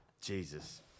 Jesus